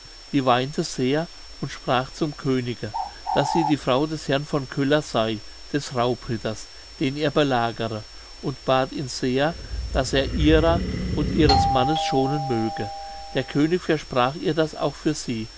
die weinte sehr und sprach zum könige daß sie die frau des herrn von köller sey des raubritters den er belagere und bat ihn sehr daß er ihrer und ihres mannes schonen möge der könig versprach ihr das auch für sie